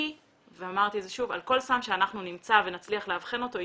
זאת משום שעל כל סם שאנחנו נמצא ונצליח לאבחן אותו,